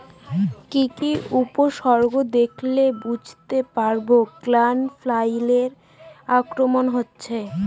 কি কি উপসর্গ দেখলে বুঝতে পারব গ্যাল ফ্লাইয়ের আক্রমণ হয়েছে?